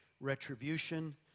retribution